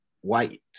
white